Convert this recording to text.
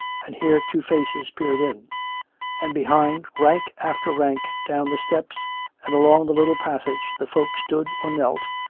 and here two faces peered in and behind, rank after rank down the steps and along the little passage, the folk stood or knelt,